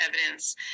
evidence